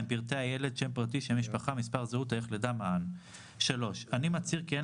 (2)פרטי הילד: מען: _________________ (3)אני מצהיר כי אין